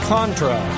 Contra